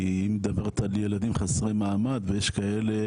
כי היא מדברת על ילדים חסרי מעמד ויש כאלה